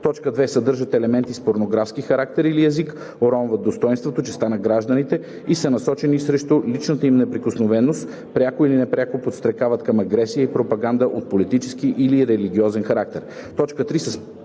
2. съдържат елементи с порнографски характер или език, уронват достойнството, честта на гражданите и са насочени срещу личната им неприкосновеност, пряко или непряко подстрекават към агресия и пропаганда от политически или религиозен характер; 3.